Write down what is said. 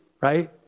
right